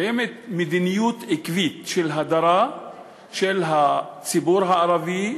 קיימת מדיניות עקבית של הדרה של הציבור הערבי,